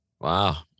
Wow